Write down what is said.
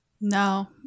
No